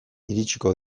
iritsiko